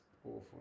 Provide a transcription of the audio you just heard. awful